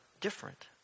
different